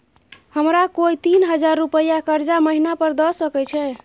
हमरा कोय तीन हजार रुपिया कर्जा महिना पर द सके छै?